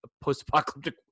post-apocalyptic